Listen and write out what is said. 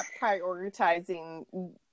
prioritizing